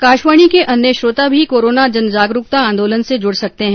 आकाशवाणी के अन्य श्रोता भी कोरोना जनजागरुकता आंदोलन से जुड सकते हैं